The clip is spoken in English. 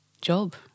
job